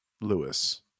Lewis